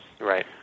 Right